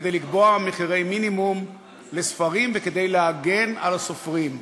כדי לקבוע מחירי מינימום לספרים וכדי להגן על הסופרים.